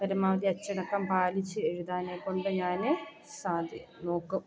പരമാവധി അച്ചടക്കം പാലിച്ച് എഴുതാനേകൊണ്ട് ഞാൻ സാധിക്കും നോക്കും